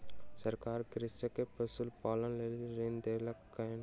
सरकार कृषक के पशुपालनक लेल ऋण देलकैन